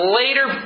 later